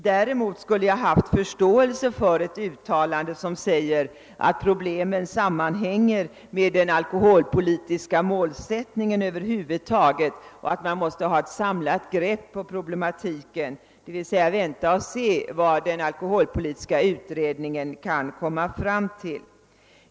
Däremot skulle jag haft förståelse för ett uttalande av den innebörden att problemen hänger samman med den alkoholpolitiska målsättningen över huvud taget och att vi måste ha ett samlat grepp på problematiken, dvs. vi måste vänta och se vad den alkoholpolitiska utredningen kan komma fram till.